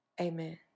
Amen